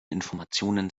informationen